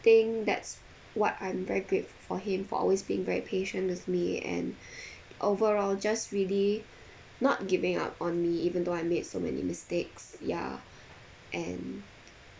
think that's what I'm very grateful for him for always being very patient with me and overall just really not giving up on me even though I made so many mistakes ya and